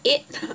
eight